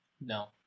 No